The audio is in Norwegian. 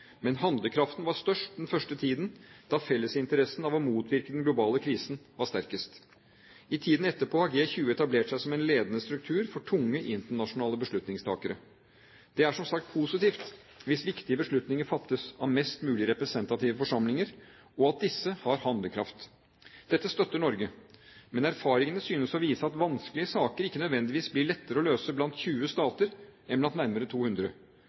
Men handlekraften var størst den første tiden, da fellesinteressen av å motvirke den globale krisen var sterkest. I tiden etterpå har G20 etablert seg som en ledende struktur for tunge, internasjonale beslutningstakere. Det er som sagt positivt hvis viktige beslutninger fattes av mest mulig representative forsamlinger, og at disse har handlekraft. Dette støtter Norge. Men erfaringene synes å vise at vanskelige saker ikke nødvendigvis blir lettere å løse blant 20 stater enn blant nærmere 200.